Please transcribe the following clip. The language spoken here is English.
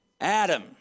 Adam